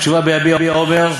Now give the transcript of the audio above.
בתשובה ב"יביע אומר",